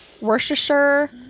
Worcestershire